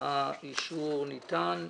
האישור ניתן.